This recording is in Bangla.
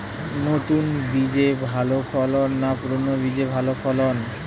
নতুন বীজে ভালো ফলন না পুরানো বীজে ভালো ফলন?